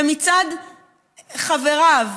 ומצד חבריו,